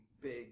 big